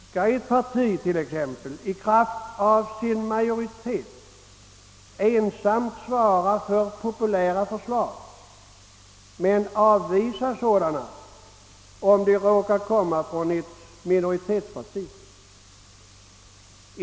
Skall ett parti t.ex. i kraft av sin majoritet ensamt svara för populära förslag men avvisa sådana, om de råkar komma från ett minoritetsparti?